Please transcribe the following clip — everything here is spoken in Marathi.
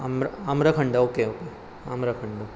आम्र आम्रखंड ओके ओके आम्रखंड